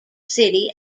city